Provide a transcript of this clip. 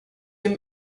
him